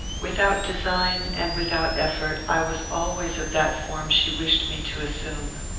without design and without effort, i was always of that form she wished me to assume.